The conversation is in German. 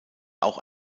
auch